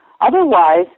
Otherwise